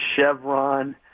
Chevron